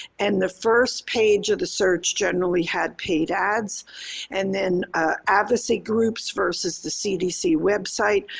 and the first page of the search generally had paid ads and then advocacy groups versus the cdc website.